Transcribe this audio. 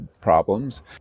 problems